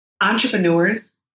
Entrepreneurs